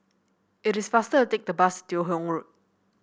it is faster to take the bus Teo Hong Road